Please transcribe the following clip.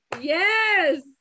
yes